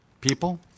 people